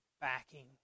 backing